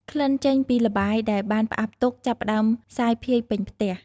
ក្លិនចេញពីល្បាយដែលបានផ្អាប់ទុកចាប់ផ្ដើមសាយភាយពេញផ្ទះ។